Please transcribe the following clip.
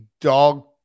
dog